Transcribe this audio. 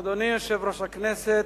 אדוני יושב-ראש הכנסת,